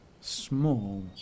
small